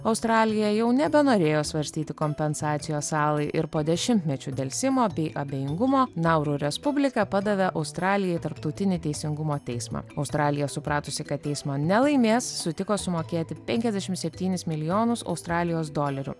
australija jau nebenorėjo svarstyti kompensacijos salai ir po dešimtmečių delsimo bei abejingumo nauru respublika padavė australiją į tarptautinį teisingumo teismą australija supratusi kad teismo nelaimės sutiko sumokėti penkiasdešim septynis milijonus australijos dolerių